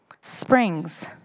springs